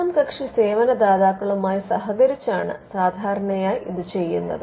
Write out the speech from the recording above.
മൂന്നാം കക്ഷി സേവന ദാതാക്കളുമായി സഹകരിച്ചാണ് സാധാരണയായി ഇത് ചെയ്യുന്നത്